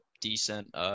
decent